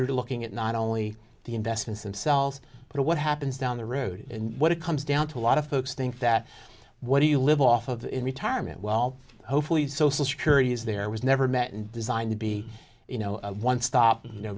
you're looking at not only the investments themselves but what happens down the road and what it comes down to a lot of folks think that what do you live off of in retirement well hopefully social security is there was never met and designed to be you know one stop